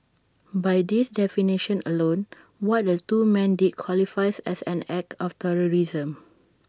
by this definition alone what the two men did qualifies as an act of terrorism